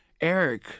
Eric